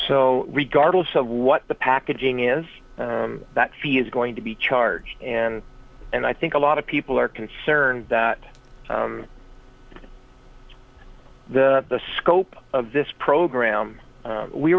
so regardless of what the packaging is that fee is going to be charged and and i think a lot of people are concerned that the scope of this program